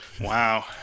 Wow